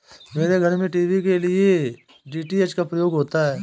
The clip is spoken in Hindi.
मेरे घर में टीवी के लिए डी.टी.एच का प्रयोग होता है